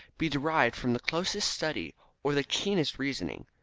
be derived from the closest study or the keenest reasoning.